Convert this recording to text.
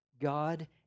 God